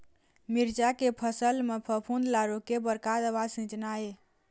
मिरचा के फसल म फफूंद ला रोके बर का दवा सींचना ये?